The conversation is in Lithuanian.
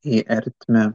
į ertmę